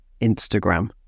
instagram